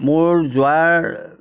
মোৰ যোৱাৰ